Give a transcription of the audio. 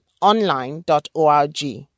online.org